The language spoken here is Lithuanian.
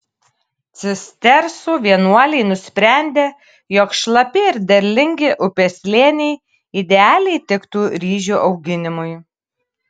cistersų vienuoliai nusprendė jog šlapi ir derlingi upės slėniai idealiai tiktų ryžių auginimui